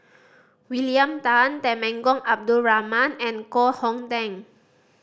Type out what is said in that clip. William Tan Temenggong Abdul Rahman and Koh Hong Teng